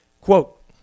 quote